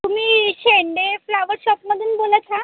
तुम्ही शेंडे फ्लावर शॉपमधून बोलत आहा